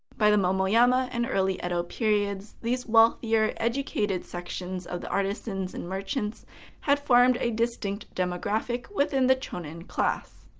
by the momoyama and early edo periods, these wealthier, educated sections of the artisans and merchants had formed a distinct demographic within the choin and class.